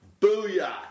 Booyah